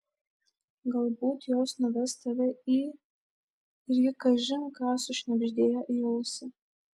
galbūt jos nuves tave į ir ji kažin ką sušnibždėjo į ausį